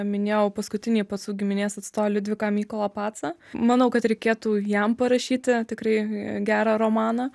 minėjau paskutinį pacų giminės atstovą liudviką mykolą pacą manau kad reikėtų jam parašyti tikrai gerą romaną